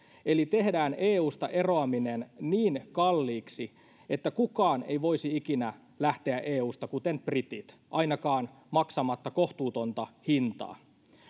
eli tehdään eusta eroaminen niin kalliiksi että kukaan ei voisi ikinä lähteä eusta kuten britit ainakaan maksamatta kohtuutonta hintaa